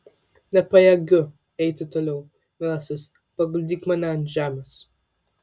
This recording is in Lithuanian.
nepajėgiu eiti toliau mielasis paguldyk mane ant žemės